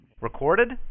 Recorded